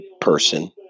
person